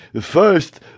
first